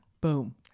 boom